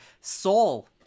Soul